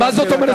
מה זאת אומרת,